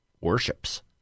worships